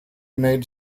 made